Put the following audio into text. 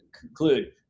conclude